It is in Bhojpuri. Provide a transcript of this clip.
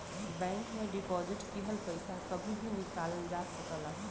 बैंक में डिपॉजिट किहल पइसा कभी भी निकालल जा सकला